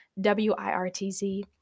W-I-R-T-Z